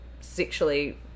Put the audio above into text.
sexually